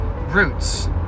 roots